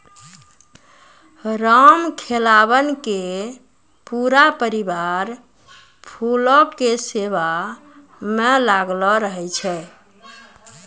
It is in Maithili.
रामखेलावन के पूरा परिवार फूलो के सेवा म लागलो रहै छै